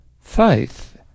Faith